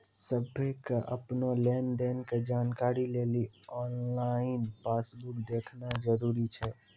सभ्भे के अपनो लेन देनो के जानकारी लेली आनलाइन पासबुक देखना जरुरी छै